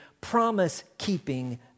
promise-keeping